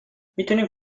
میتونیم